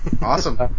Awesome